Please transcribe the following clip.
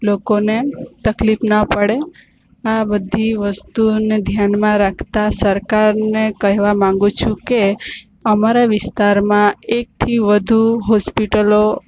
લોકોને તકલીફ ના પડે આ બધી વસ્તુઓને ધ્યાનમાં રાખતાં સરકારને કહેવા માગું છું કે અમારા વિસ્તારમાં એકથી વધુ હોસ્પિટલો